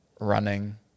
running